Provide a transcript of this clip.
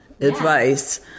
advice